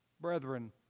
Brethren